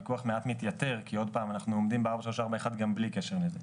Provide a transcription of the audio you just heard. הוויכוח מעט מתייתר כי אנחנו עומדים ב-4.341 גם בלי קשר לזה.